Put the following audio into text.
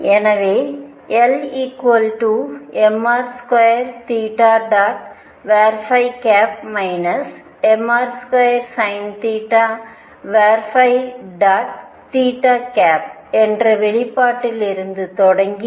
எனவேL mr2 mr2sinθ என்ற வெளிப்பாட்டிலிருந்து தொடங்கி